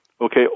Okay